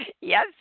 Yes